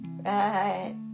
Right